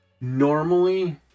Normally